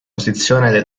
posizione